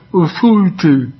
authority